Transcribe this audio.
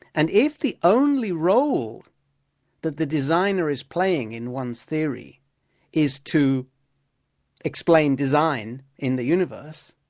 and if the only role that the designer is playing in one's theory is to explain design in the universe,